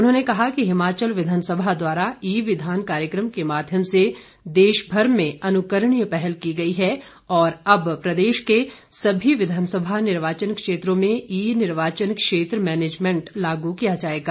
उन्होंने कहा कि हिमाचल विधानसभा द्वारा ई विधान कार्यक्रम के माध्यम से देशभर में अनुकरणीय पहल की गई है और अब प्रदेश के सभी विधानसभा निर्वाचन क्षेत्रों में ई निर्वाचन क्षेत्र मैनेजमेंट लागू किया जाएगा